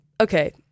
okay